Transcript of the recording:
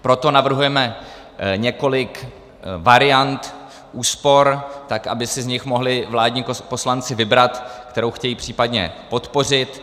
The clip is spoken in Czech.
Proto navrhujeme několik variant úspor, tak aby si z nich mohli vládní poslanci vybrat, kterou chtějí případně podpořit.